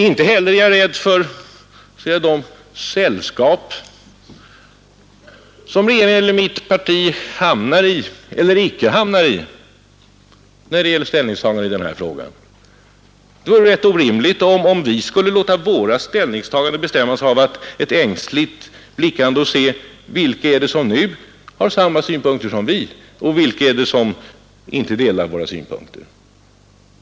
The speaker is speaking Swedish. Inte heller är jag rädd för de sällskap som regeringen eller mitt parti hamnar i eller inte hamnar i när det gäller ställningstaganden i denna fråga. Det vore väl ganska orimligt, om vi skulle låta våra ställningstaganden bestämmas av ett ängsligt blickande omkring oss för att se vilka det är som har samma synpunkter som vi och vilka som inte delar våra synpunkter!